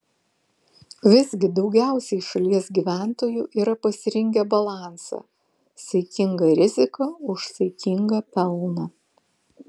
visgi daugiausiai šalies gyventojų yra pasirinkę balansą saikinga rizika už saikingą pelną